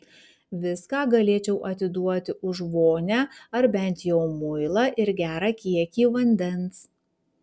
viską galėčiau atiduoti už vonią ar bent jau muilą ir gerą kiekį vandens